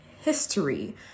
history